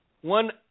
one